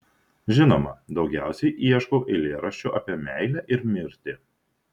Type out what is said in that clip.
žinoma daugiausiai ieškau eilėraščių apie meilę ir mirtį